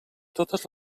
totes